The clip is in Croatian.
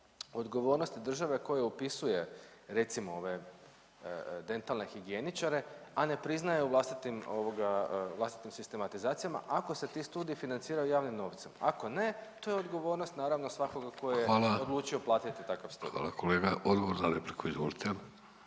odgovornosti države koja upisuje recimo ove dentalne higijeničare, a ne priznaje u vlastitim ovoga vlastitim sistematizacijama ako se ti studiji financiraju javnim novcem. Ako ne to je odgovornost naravno svakoga …/Upadica: Hvala./… tko je odlučio platiti takav studij. **Vidović, Davorko